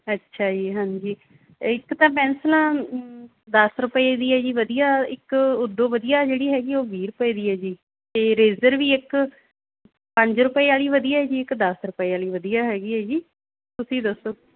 ਅੱਛਾ ਜੀ ਹਾਂਜੀ ਇੱਕ ਤਾਂ ਪੈਂਸਲਾਂ ਦਸ ਰੁਪਏ ਦੀ ਹੈ ਜੀ ਵਧੀਆ ਇੱਕ ਉਦੋਂ ਵਧੀਆ ਜਿਹੜੀ ਹੈਗੀ ਉਹ ਵੀਹ ਰੁਪਏ ਦੀ ਹੈ ਜੀ ਅਤੇ ਰੇਜਰ ਵੀ ਇੱਕ ਪੰਜ ਰੁਪਏ ਵਾਲੀ ਵਧੀਆ ਜੀ ਇੱਕ ਦਸ ਰੁਪਏ ਵਾਲੀ ਵਧੀਆ ਹੈਗੀ ਹੈ ਜੀ ਤੁਸੀਂ ਦੱਸੋ